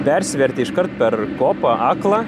persivertė iškart per kopą aklą